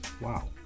Wow